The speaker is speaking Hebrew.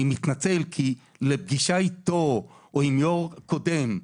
אני מתנצל, כי לפגישה איתו או עם יו"ר קודם,